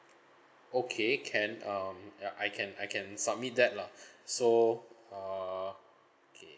okay can um ya I can I can submit that lah so err K